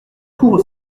cours